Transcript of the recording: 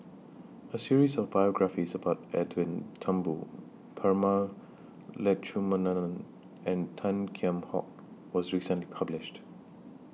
A series of biographies about Edwin Thumboo Prema Letchumanan and Tan Kheam Hock was recently published